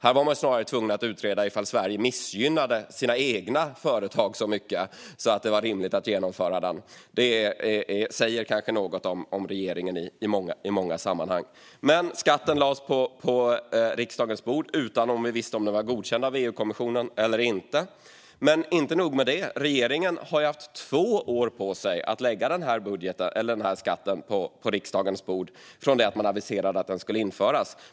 Här var man snarare tvungen att utreda om Sverige missgynnade sina egna företag så mycket att det inte var rimligt att genomföra den. Det säger kanske något om regeringen i många sammanhang. Skatten lades alltså på riksdagens bord utan att vi visste om den var godkänd av EU-kommissionen eller inte. Inte nog med det: Regeringen har, från det att man aviserade att skatten skulle införas, haft två år på sig att lägga den på riksdagens bord.